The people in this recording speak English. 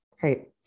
Great